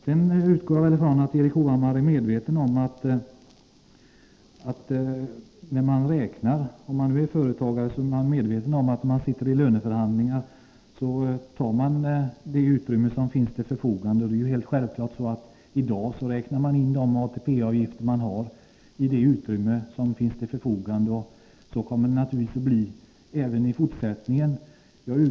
Jag utgår från att Erik Hovhammar är medveten om att man i löneförhandlingar tar av det utrymme som finns till förfogande. Det är självklart att ATP-avgifterna i dag räknas in i det utrymmet, och så kommer det naturligtvis att bli även i fortsättningen.